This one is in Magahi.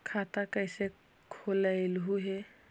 खाता कैसे खोलैलहू हे?